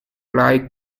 lie